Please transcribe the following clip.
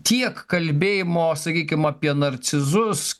tiek kalbėjimo sakykim apie narcizus